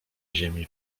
ziemi